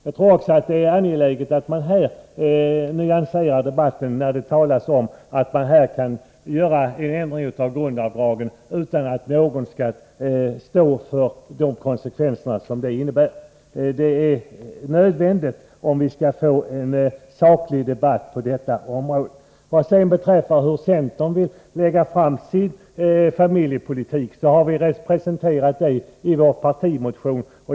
Jag tror att det är angeläget att vi nyanserar debatten, när det här talas om att man kan göra en ändring av grundavdragen utan att någon skall stå för de kostnader som det innebär. Det är nödvändigt om vi skall få en saklig debatt på detta område. Beträffande centerns uppläggning av sin familjepolitik kan jag erinra om att vi har presenterat denna i vår partimotion.